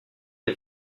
des